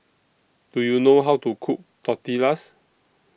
Do YOU know How to Cook Tortillas